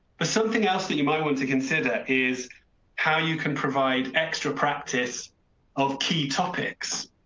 but something else that you might want to consider is how you can provide extra practice of key topics.